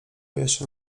jeszcze